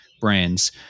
brands